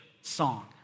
song